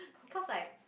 cause like